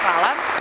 Hvala.